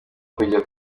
kujya